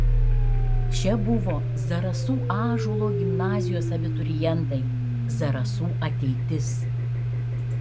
čia buvo zarasų ąžuolo gimnazijos abiturientai zarasų ateitis